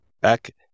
back